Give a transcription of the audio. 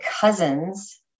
cousins